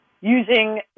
using